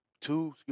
two